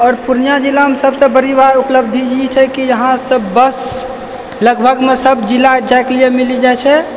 आओर पूर्णिया जिलामे सबसँ बड़ी उपलब्धि ई छै की यहाँसँ बस लगभगमे सब जिला जाइके लिए मिल जाइ छै